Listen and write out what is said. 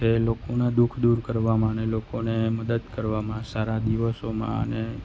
એ લોકોને દુખ દૂર કરવામાં ને લોકોને મદદ કરવામાં સારા દિવસોમાં અને